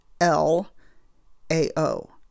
L-A-O